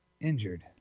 Injured